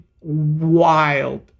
wild